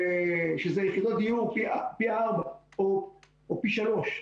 שאלו יחידות דיור פי ארבעה או פי שלושה.